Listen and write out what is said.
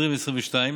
אסירים וכלואים),